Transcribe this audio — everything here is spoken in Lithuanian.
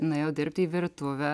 nuėjau dirbti į virtuvę